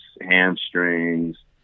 hamstrings